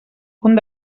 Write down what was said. punt